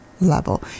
level